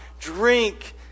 drink